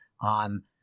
on